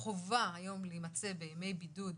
החובה היום להימצא בימי בידוד